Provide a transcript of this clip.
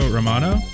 Romano